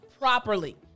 properly